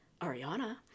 Ariana